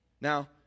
now